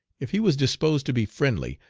if he was disposed to be friendly,